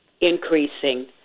increasing